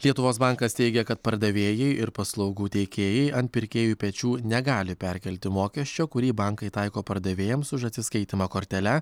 lietuvos bankas teigia kad pardavėjai ir paslaugų teikėjai ant pirkėjų pečių negali perkelti mokesčio kurį bankai taiko pardavėjams už atsiskaitymą kortele